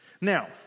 Now